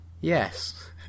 yes